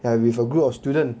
ya with a group of student